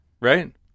Right